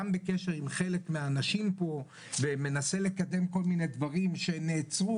גם בקשר עם חלק מהאנשים פה ומנסה לקדם כל מיני דברים שנעצרו,